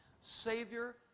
Savior